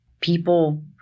people